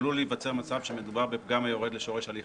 עלול להיווצר מצב שמדובר בפגם היורד לשורש הליך